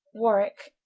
warwicke,